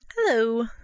hello